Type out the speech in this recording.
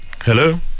Hello